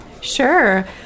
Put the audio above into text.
Sure